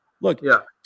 look